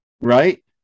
right